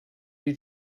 you